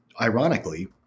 ironically